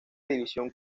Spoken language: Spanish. división